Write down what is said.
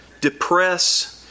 depress